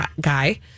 guy